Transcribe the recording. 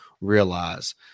realize